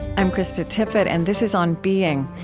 i'm krista tippett, and this is on being.